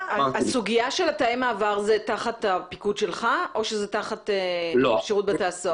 הסוגיה של תאי מעבר זה תחת הפיקוד שלך או שזה תחת שירות בתי הסוהר?